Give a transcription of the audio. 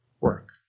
work